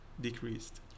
decreased